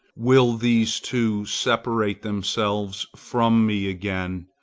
will these too separate themselves from me again,